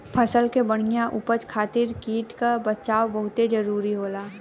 फसल के बढ़िया उपज खातिर कीट क बचाव बहुते जरूरी होला